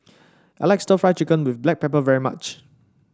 I like stir Fry Chicken with Black Pepper very much